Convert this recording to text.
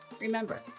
remember